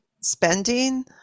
spending